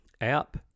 app